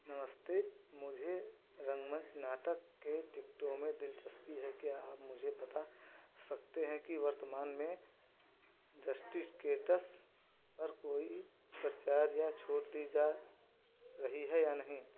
नमस्ते मुझे रंगमंच नाटक के टिकटों में दिलचस्पी है क्या आप मुझे बता सकते हैं कि वर्तमान में जस्टिकेटस पर कोई प्रचार या छूट दी जा रही है या नहीं